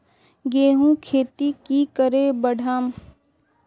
गेंहू खेती की करे बढ़ाम?